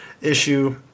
issue